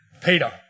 Peter